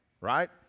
right